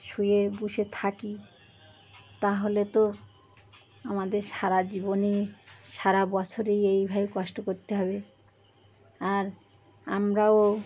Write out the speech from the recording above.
শুয়ে বসে থাকি তাহলে তো আমাদের সারা জীবনই সারা বছরই এইভাবে কষ্ট করতে হবে আর আমরাও